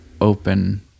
open